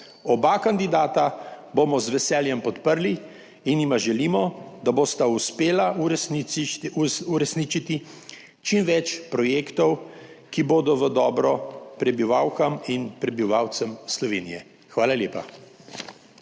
Oba kandidata bomo z veseljem podprli in jima želimo, da bosta uspela v resnici uresničiti čim več projektov, ki bodo v dobro prebivalkam in prebivalcem Slovenije. Hvala lepa.